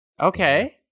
Okay